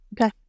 Okay